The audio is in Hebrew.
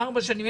ארבע שנים.